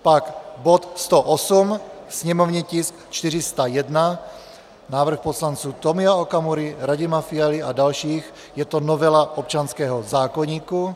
Pak bod 108, sněmovní tisk 401, návrh poslanců Tomio Okamury, Radima Fialy a dalších, je to novela občanského zákoníku.